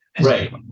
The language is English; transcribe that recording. right